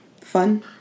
fun